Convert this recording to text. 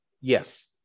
Yes